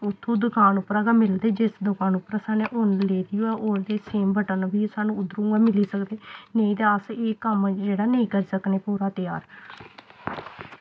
उत्थूं दकान उप्परा दा गै मिलदे जिस दुकान उप्परा सानूं उन्न लेदी होऐ ओह्दे सेम बटन बी सानूं उद्धरों गै मिली सकदे नेईं ते अस एह् कम्म जेह्ड़ा नेईं करी सकनें पूरा त्यार